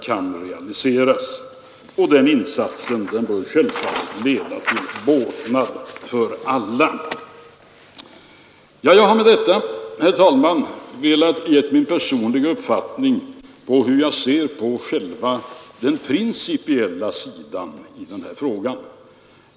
Den insatsen bör leda till båtnad för oss alla.” Jag har med detta, herr talman, velat ge min personliga uppfattning om hur jag ser på själva den ”principiella sidan” av denna fråga.